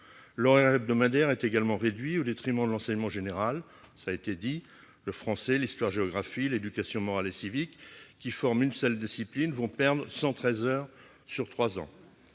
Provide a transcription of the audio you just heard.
L'horaire hebdomadaire est également réduit, au détriment de l'enseignement général. Le français, l'histoire-géographie et l'éducation morale et civique, qui forment une seule discipline, vont perdre 113 heures sur trois ans,